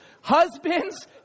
Husbands